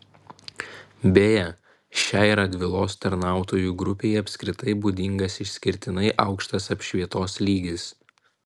beje šiai radvilos tarnautojų grupei apskritai būdingas išskirtinai aukštas apšvietos lygis